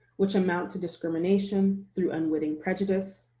which amount to discrimination through unwitting prejudice,